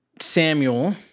Samuel